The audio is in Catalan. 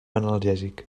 analgèsic